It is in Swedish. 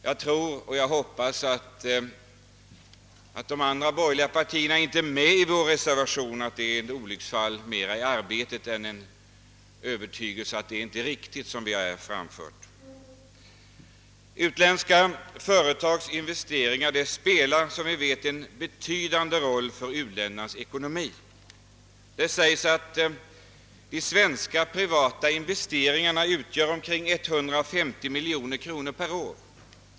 Jag tror och hoppas att det faktum att de andra borgerliga partierna inte är med i vår reservation mera är ett olycksfall i arbetet än övertygelse om att vad vi framfört inte är riktigt. Utländska företags investeringar spelar som vi vet en betydande roll för u-ländernas ekonomi. Det sägs att de svenska privata investeringarna utgör omkring 150 miljoner kronor per år.